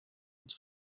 its